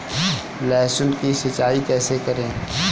लहसुन की सिंचाई कैसे करें?